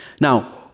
Now